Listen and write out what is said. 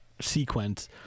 sequence